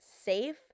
safe